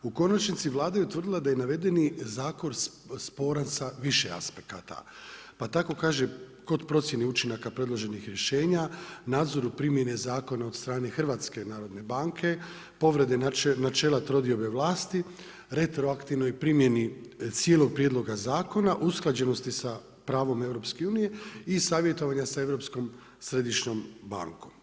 U konačnici, Vlada je utvrdila da je navedeni zakon sporan sa više aspekata pa tako kaže kod procjene učinaka predloženih rješenja, nadzoru primjene zakona od strane HNB-a, povrede načela trodiobe vlasti, retroaktivnoj primjeni cijelog prijedloga zakona, usklađenosti sa pravom EU-a i savjetovanja sa Europskom središnjom bankom.